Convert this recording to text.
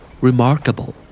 Remarkable